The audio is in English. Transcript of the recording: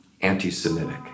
anti-Semitic